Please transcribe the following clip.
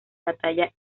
batalla